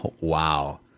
Wow